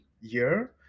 year